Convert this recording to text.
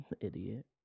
Idiot